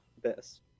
Best